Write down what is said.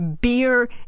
beer